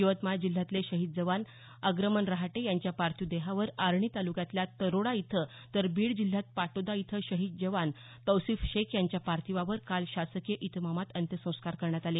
यवतमाळ जिल्ह्यातले शहीद जवान अग्रमन रहाटे यांच्या पार्थिव देहावर आर्णी ताल्क्यातल्या तरोडा इथं तर बीड जिल्ह्यात पाटोदा इथं शहीद जवान तौसिफ शेख यांच्या पार्थिवावर काल शासकीय इतमामात अंत्यसंस्कार करण्यात आले